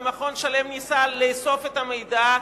ו"מרכז שלם" ניסה לאסוף את המידע,